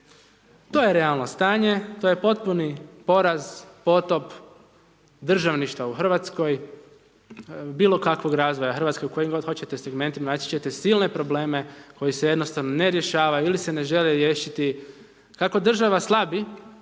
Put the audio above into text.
to je realno stanje, to je potpuni poraz, potop državništva u Hrvatskoj, bilo kakvog razvoja Hrvatske u kojim god hoćete segmentima, naći ćete silne probleme koji se jednostavno ne rješavaju ili se ne žele riješiti. Kako država slabi,